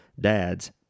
dads